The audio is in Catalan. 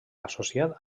associat